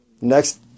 next